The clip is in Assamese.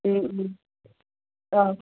অঁ